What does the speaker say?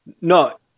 No